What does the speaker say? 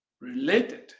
related